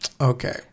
okay